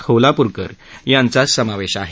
खोलापूरकर आदींचा समावेश आहे